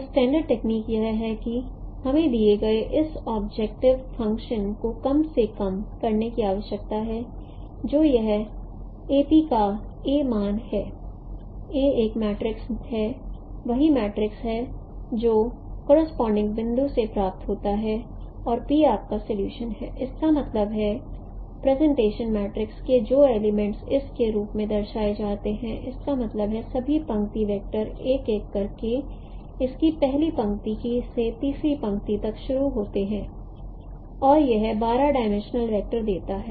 तो standard technique यह है कि हमें दिए गए इस ऑब्जेक्टिव फ़ंक्शन को कम से कम करने की आवश्यकता है जो यह Ap का A मानक है A एक मैट्रिक्स है वही मैट्रिक्स है जो करॉस्पोंडिंग बिंदु से प्राप्त होता है और p आपका सोलोयूशन है इसका मतलब है प्रेजेंटेशन मैट्रिक्स के जो एलीमेंट्स इस के रूप में दर्शाए जाते हैं इसका मतलब है सभी पंक्ति वैक्टर एक एक करके इसकी पहली पंक्ति से तीसरी पंक्ति तक शुरू होते हैं और यह 12 डिमेंशनल वेक्टर देता है